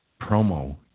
promo